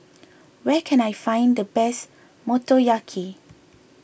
where can I find the best Motoyaki